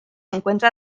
encuentra